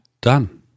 Done